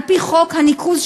על-פי חוק הניקוז,